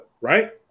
right